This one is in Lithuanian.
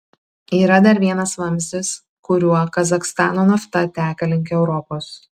yra dar vienas vamzdis kuriuo kazachstano nafta teka link europos